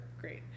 Great